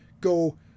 go